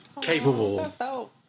Capable